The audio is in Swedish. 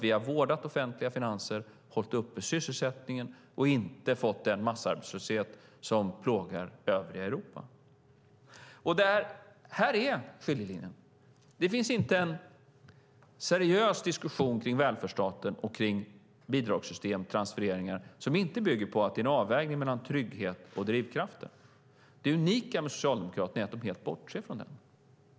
Vi har vårdat offentliga finanser, hållit uppe sysselsättningen och inte fått den massarbetslöshet som plågar övriga Europa. Här går skiljelinjen. Det finns inte en seriös diskussion i välfärdsstaten om bidragssystem och transfereringar som inte bygger på att det görs en avvägning mellan trygghet och drivkrafter. Det unika med Socialdemokraterna är att de helt bortser från detta.